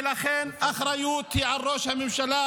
לכן האחריות היא על ראש הממשלה,